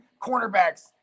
cornerbacks